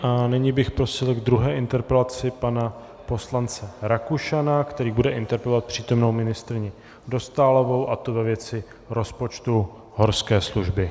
A nyní bych prosil k druhé interpelaci poslance Rakušana, který bude interpelovat přítomnou ministryni Dostálovou, a to ve věci rozpočtu horské služby.